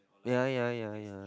ya ya ya ya